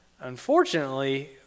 Unfortunately